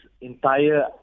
entire